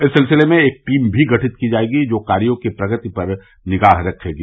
इस सिलसिले में एक टीम भी गठित की जायेगी जो कायो की प्रगति पर निगाह रखेगी